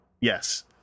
yes